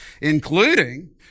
including